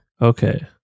Okay